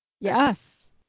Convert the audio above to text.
Yes